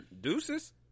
deuces